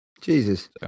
jesus